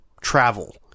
travel